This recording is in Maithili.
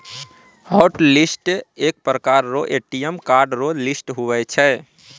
हॉटलिस्ट एक प्रकार रो ए.टी.एम कार्ड रो लिस्ट हुवै छै